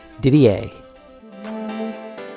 didier